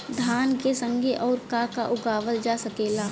धान के संगे आऊर का का उगावल जा सकेला?